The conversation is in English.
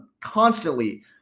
constantly